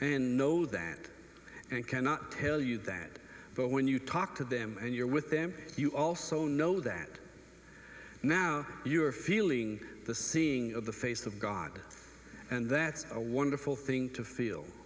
and know that and cannot tell you that but when you talk to them and you're with them you also know that now you are feeling the seeing of the face of god and that's a wonderful thing to feel